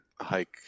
hike